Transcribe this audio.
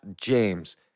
james